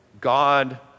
God